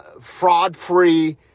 fraud-free